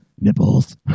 nipples